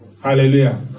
Hallelujah